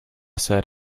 said